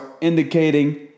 indicating